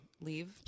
leave